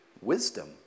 wisdom